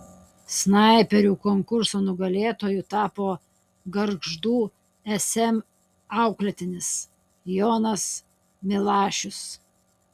snaiperių konkurso nugalėtoju tapo gargždų sm auklėtinis jonas milašius